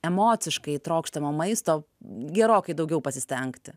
emociškai trokštamo maisto gerokai daugiau pasistengti